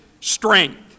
strength